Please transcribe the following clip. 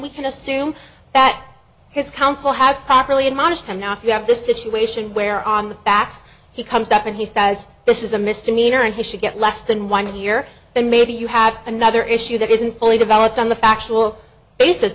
we can assume that his counsel has properly admonished him now if you have this situation where on the facts he comes up and he says this is a misdemeanor and he should get less than one year then maybe you have another issue that isn't fully developed on the factual basis